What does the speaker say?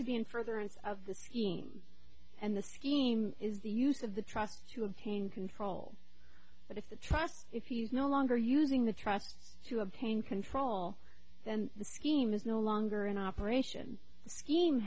in furtherance of the scheme and the scheme is the use of the trust to obtain control but if the trust if he's no longer using the trust to obtain control then the scheme is no longer in operation scheme